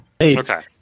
Okay